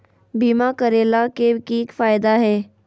बीमा करैला के की फायदा है?